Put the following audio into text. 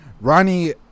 Ronnie